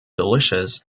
delicious